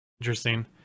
Interesting